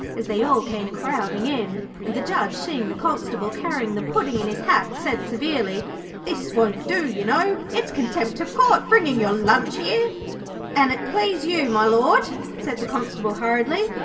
as they all came crowding in and the judge, seeing the constable carrying the puddin' in his hat, said severely this won't do, you know it's contempt of court, bringing your lunch here an it please you, my lord said the constable hurriedly,